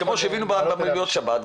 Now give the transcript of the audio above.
כמו שהביאו מעליות שבת,